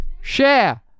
Share